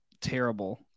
terrible